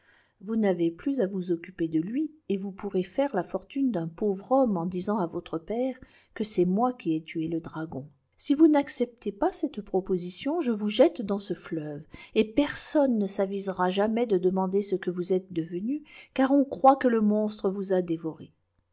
vous n'avez plus à vous occuper de lui et vous pouvez faire la fortune d'un pauvre homme on disant à votre père que c'est moi qui ai tué le dragon si vous n'acceptez pas cette proposition je vous jette dans ce fleuve et personne ne s'avisera jamais de demander ce que vous êtes devenue car on croit que le monstre vous a dévorée